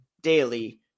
daily